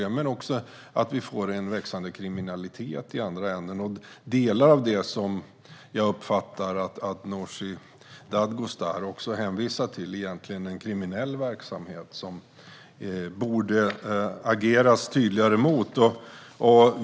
Vi riskerar också att få en växande kriminalitet i andra änden. Delar av det som jag uppfattar att Nooshi Dadgostar hänvisar till är egentligen en kriminell verksamhet som man borde agera tydligare emot.